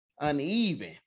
uneven